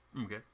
Okay